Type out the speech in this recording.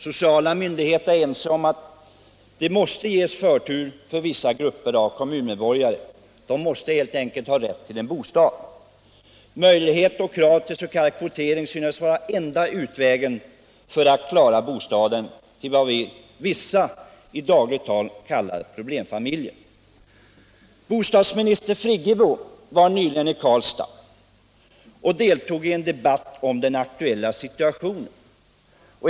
Sociala myndigheter är ense om att vissa grupper av kommuninvånare måste ges förtur. De måste helt enkelt ha rätt till en bostad. En möjlighet till s.k. kvotering synes i vissa fall vara enda utvägen att kunna ordna bostad åt vad vissa människor i dagligt tal kallar ”problemfamiljer”. Bostadsminister Friggebo var nyligen i Karlstad och deltog i en debatt om den aktuella situationen.